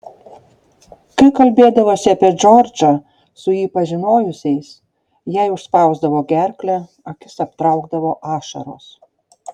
kai kalbėdavosi apie džordžą su jį pažinojusiais jai užspausdavo gerklę akis aptraukdavo ašaros